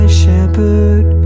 shepherd